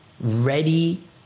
ready